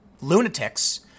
lunatics